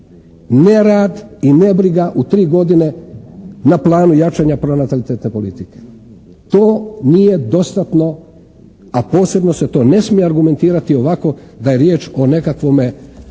nerad i nebriga u tri godine na planu jačanja pronatalitetne politike. To nije dostatno, a posebno se to ne smije argumentirati ovako da je riječ o nekakvome